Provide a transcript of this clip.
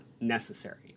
necessary